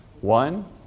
One